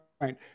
right